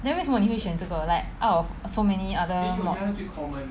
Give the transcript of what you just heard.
then 为什么你会选这个 out of so many other mod